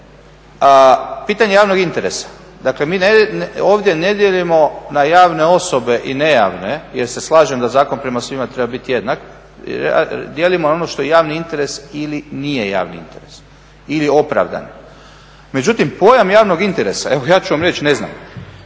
Pitanje javnog interesa, dakle mi ovdje ne dijelimo na javne osobe i ne javne jer se slažem da zakon prema svima treba biti jednak, dijelimo ono što je javni interes ili nije javni interes ili opravdan. Međutim, pojam javnog interesa, evo ja ću vam reći ne znam